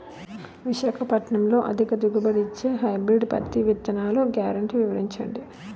విశాఖపట్నంలో అధిక దిగుబడి ఇచ్చే హైబ్రిడ్ పత్తి విత్తనాలు గ్యారంటీ వివరించండి?